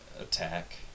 attack